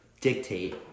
dictate